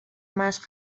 مشق